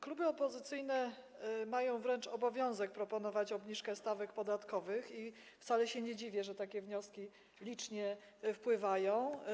Kluby opozycyjne mają wręcz obowiązek proponować obniżkę stawek podatkowych i wcale się nie dziwię, że takie wnioski licznie wpływają.